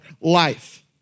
life